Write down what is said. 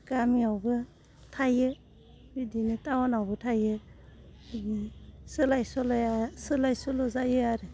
गामियावबो थायो बिदिनो टाउनावबो थायो बिदिनो सोलाय सोल'वा सोलाय सोल' जायो आरो